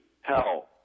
hell